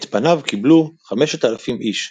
את פניו קיבלו 5000 איש,